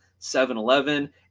7-Eleven